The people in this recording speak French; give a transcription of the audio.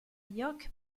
york